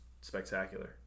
spectacular